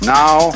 now